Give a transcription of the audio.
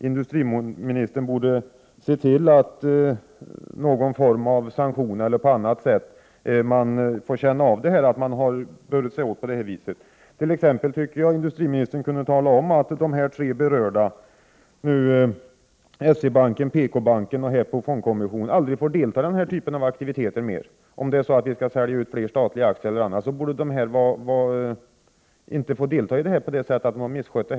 Industriministern borde se till att det blir någon form av sanktion eller att de på annat sätt får känna av att de har burit sig åt på det här sättet. Jag tycker t.ex. att industriministern kunde tala om att de tre berörda, S-E-banken, PKbanken och Hägglöf & Ponsbach Fondkommission, aldrig mer får delta i denna typ av aktiviteter. Om vi skall sälja ut flera statliga aktier och annat, borde de som har misskött sig inte få delta.